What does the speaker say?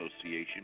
Association